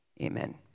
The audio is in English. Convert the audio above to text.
Amen